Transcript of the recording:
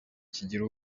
kigira